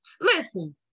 Listen